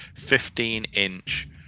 15-inch